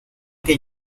que